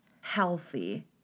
healthy